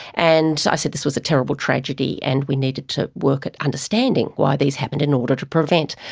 and i said this was a terrible tragedy and we needed to work at understanding why these happened in order to prevent.